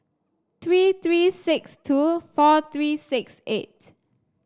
three three six two four three six eight